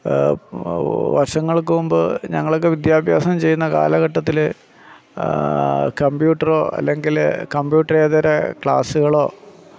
വർഷങ്ങൾക്കു മുമ്പ് ഞങ്ങളൊക്കെ വിദ്യാഭ്യാസം ചെയ്യുന്ന കാലഘട്ടത്തിൽ കമ്പ്യൂട്ടറോ അല്ലെങ്കിൽ കമ്പ്യൂട്ടറേതര ക്ലാസുകളോ